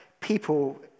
people